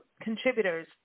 contributors